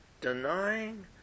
denying